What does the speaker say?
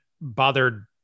bothered